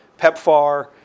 PEPFAR